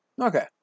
Okay